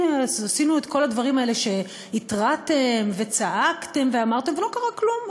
עשינו את כל הדברים האלה שהתרעתם וצעקתם ואמרתם ולא קרה כלום,